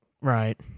right